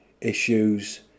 issues